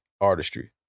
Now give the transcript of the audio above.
artistry